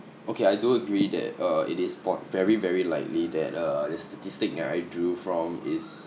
okay I do agree that uh it is spot very very likely that uh the statistic that I drew from is